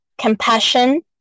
compassion